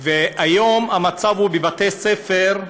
והיום המצב בבתי ספר,